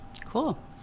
Cool